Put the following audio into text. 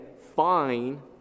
fine